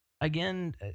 Again